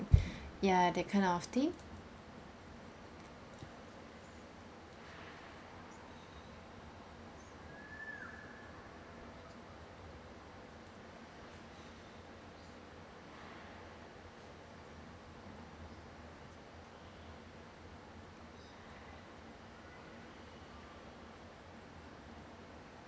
ya that kind of thing